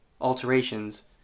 alterations